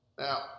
Now